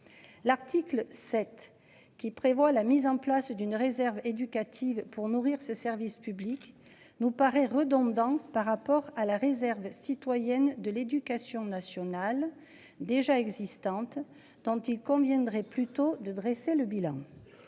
L'article 7 qui prévoit la mise en place d'une réserve éducative pour nourrir ce service public nous paraît redondant par rapport à la réserve citoyenne de l'éducation nationale déjà existantes tant il conviendrait plutôt de dresser le bilan.